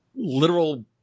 Literal